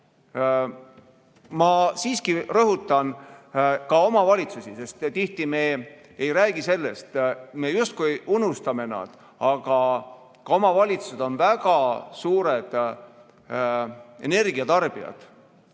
Ma siiski rõhutan ka omavalitsusi, sest tihti me ei räägi sellest. Me justkui unustame nad, aga ka omavalitsused on väga suured energia tarbijad,